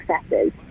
successes